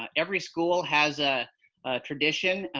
um every school has a tradition,